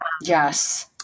Yes